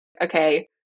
okay